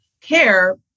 care